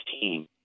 team